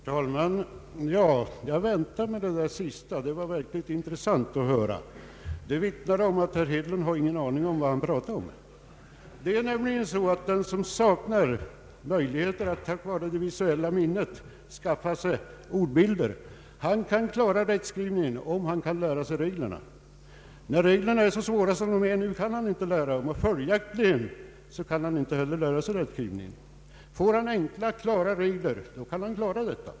Herr talman! Jag väntade mig det där sista; det var verkligen intressant att höra. Det vittnar om att herr Hedlund inte har någon aning om vad han pratar om, Den som saknar möjligheter att skaffa sig ordbilder på grund av brister i det visuella minnet kan klara rättskrivningen om han kan lära sig reglerna. Men är reglerna så svåra som de är nu kan han inte lära sig dem, och följaktligen kan han inte heller lära sig rättstavning. Får han enkla, klara reg ler kan han klara dem.